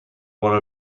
one